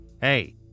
hey